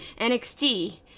NXT